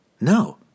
No